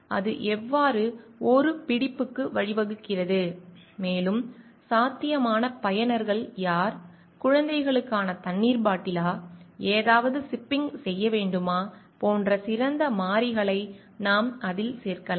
அது எவ்வாறு ஒரு பிடிப்புக்கு வழிவகுக்கிறது மேலும் சாத்தியமான பயனர்கள் யார் குழந்தைகளுக்கான தண்ணீர் பாட்டிலா ஏதாவது சிப்பிங் செய்ய வேண்டுமா போன்ற சிறந்த மாறிகளை நாம் அதில் சேர்க்கலாம்